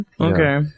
Okay